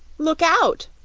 look out!